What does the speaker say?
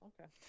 Okay